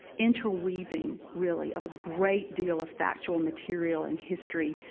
interweaving, really, of a great deal of factual material and history,